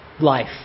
life